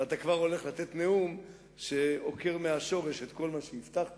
ואתה כבר הולך לתת נאום שעוקר מהשורש את כל מה שהבטחת,